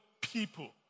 people